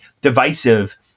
divisive